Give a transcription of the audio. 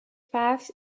path